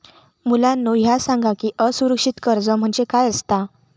मुलांनो ह्या सांगा की असुरक्षित कर्ज म्हणजे काय आसता?